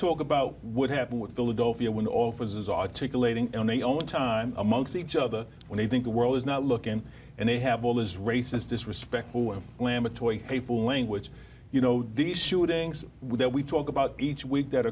talk about what happened with philadelphia when officers articulating the only time amongst each other when they think the world is not looking and they have all this race is disrespectful and lamb a toy a full language you know these shootings that we talk about each week that